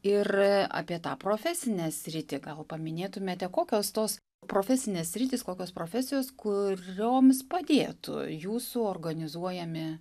ir apie tą profesinę sritį gal paminėtumėte kokios tos profesinės sritys kokios profesijos kurioms padėtų jūsų organizuojami